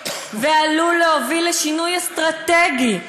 ועלול להוביל לשינוי אסטרטגי,